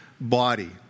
body